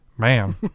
Man